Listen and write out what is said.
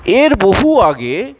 এর বহু আগে